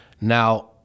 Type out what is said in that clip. Now